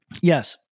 Yes